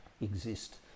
exist